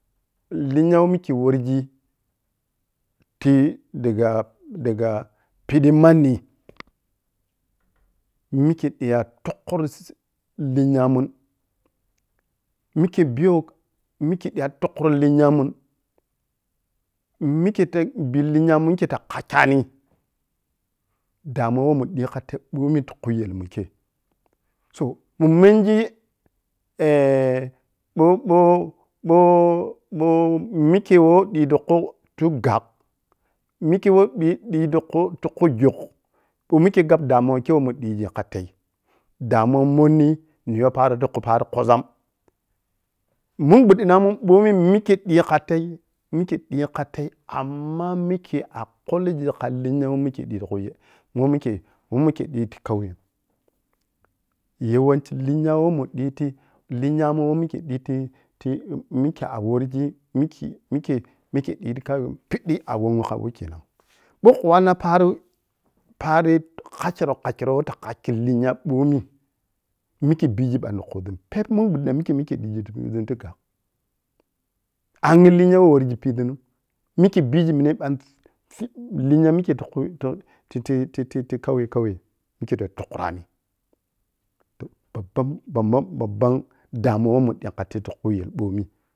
Linya wei mikke wargi ti diga diga piƌi manni mike diya kha tukkure lenya mun mikke biyou mike miyai tukkurri lenya mun mikke ta bii lenya mun mikkete kakkyani damuwa wei mun ƌi khatei mbomi tiki yel mun kei so munmenji ɓou-ɓou-ɓou-ɓou mikke wei ƌiging tukhu tu gakh mikke who mike di-ƌigi tukhu. Jukh ma mikke gab damu wa kei wei mun ƌiging kha tei, da muwa monni ni yow paroh tikhu pari kuzzam munɓuddinamun mbomi mikko ƌiging kha tei, mikke diging khateh amma mikke akulgi kalenya wei mikke ƌi ti khu yel wei mikke-wei mike ƌiti kauyem yawanci lenya wei mu diti lenya mun wei mikke di ƌibi lenya mun wei mike diti ti-ti mikke awargi mikke-mikke di ti kauye piddi awonwo kha wem kenan ɓoukho wannan paro-pari kakkra-kakkro wei ta kakkrigi lenya boumi mike bigi ɓan tikhuzunni pep men ɓuddina mikke mikke ƌiging ti pidi dizuntigakh angije lenya wei wargi pidzuni mikke bigi minnai ɓan tsi-sip lenya mikkei ti khu tui tsui titi-titi kauye-kauye mikke ta tukkrani toh babban babban damu wa wei mun ƌi kha tei ti khu yelmun ɓomi.